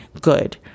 good